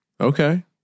Okay